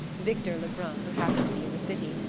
victor lebrun, who happened to be in the city,